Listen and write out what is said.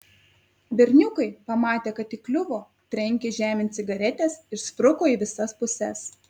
berniukai pamatę kad įkliuvo trenkė žemėn cigaretes ir spruko į visas puses